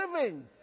living